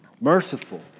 Merciful